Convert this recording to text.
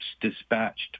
dispatched